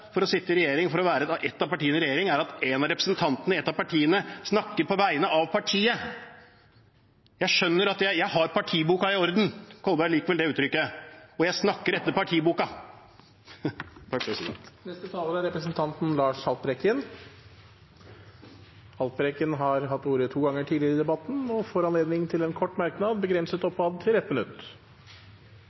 for å sitte i regjering, for å være ett av partiene i regjering, er at en av representantene i ett av partiene snakker på vegne av partiet. Jeg skjønner at jeg har partiboka i orden – Kolberg liker vel det uttrykket – og jeg snakker etter partiboka. Representanten Lars Haltbrekken har hatt ordet to ganger tidligere og får ordet til en kort merknad, begrenset til 1 minutt.